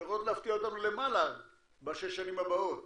ויכולות להפתיע אותנו למעלה בשש השנים הבאות,